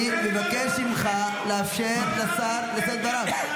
אני מבקש ממך לאפשר לשר לשאת את דבריו.